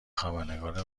خبرنگار